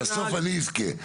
בסוף אני אזכה.